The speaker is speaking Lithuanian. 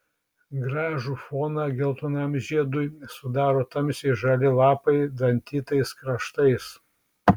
gražų foną geltonam žiedui sudaro tamsiai žali lapai dantytais kraštais